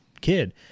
kid